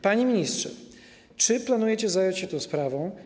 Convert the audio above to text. Panie ministrze, czy planujecie zająć się tą sprawą?